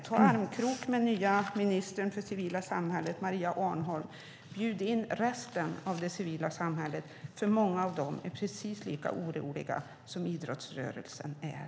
Ta armkrok med den nya ministern för det civila samhället Maria Arnholm, och bjud in resten av det civila samhället! Många av dem är nämligen precis lika oroliga som idrottsrörelsen är.